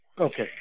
Okay